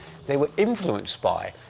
they were influenced by,